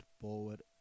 forward